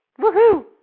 Woohoo